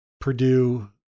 Purdue